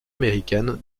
américaine